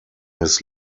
his